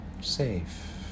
safe